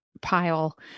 pile